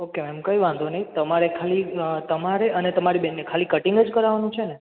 okay ma'am કઈ વાંધો નઇ તમારે ખાલી તમારે અને તમારી બેન ને ખાલી કટિંગ જ કરાવાનુ છેને